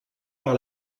par